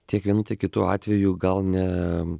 tiek vienu tiek kitu atveju gal ne